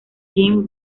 jeanne